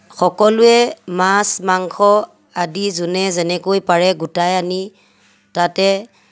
সকলোৱে মাছ মাংস আদি যোনে যেনেকৈ পাৰে গোটাই আনি তাতে